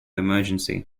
emergency